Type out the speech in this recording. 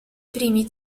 primi